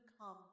come